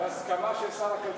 בהסכמה של שר הכלכלה.